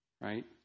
Right